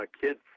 kids